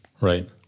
Right